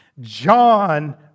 John